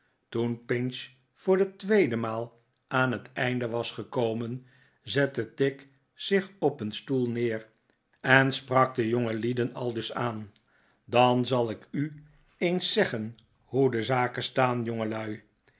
toen pinch voor de tweede maal aan het einde was gekomen zette tigg zich op een stoel neer en sprak de jongelieden aldus aan dan zal ik u eens zeggen hoe de zaken staan jongelui